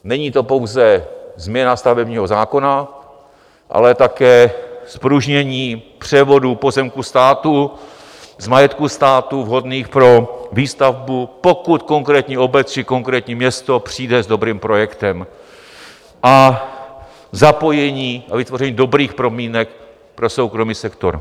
Není to pouze změna stavebního zákona, ale také zpružnění převodu pozemků státu z majetku státu vhodných pro výstavbu, pokud konkrétní obec či konkrétní město přijde s dobrým projektem, a zapojení, vytvoření dobrých podmínek pro soukromý sektor.